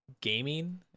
gaming